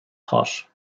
hot